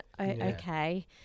okay